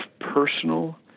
personal